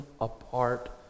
apart